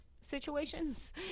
situations